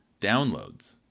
downloads